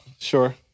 Sure